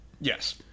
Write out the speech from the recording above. Yes